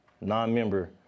non-member